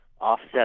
offset